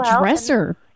dresser